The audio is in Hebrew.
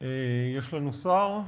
יש לנו שר?